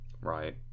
Right